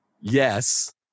Yes